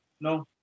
no